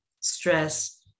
stress